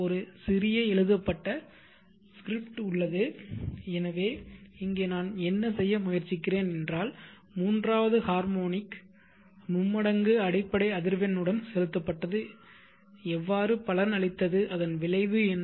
ஒரு சிறிய எழுதப்பட்ட ஸ்கிரிப்ட் உள்ளது எனவே இங்கே நான் என்ன செய்ய முயற்சிக்கிறேன் என்றால் மூன்றாவது ஹார்மோனிக் மும்மடங்கு அடிப்படை அதிர்வெண் உடன் செலுத்தப்பட்டது எவ்வாறு பலன் அளித்தது அதன் விளைவு என்ன